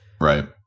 Right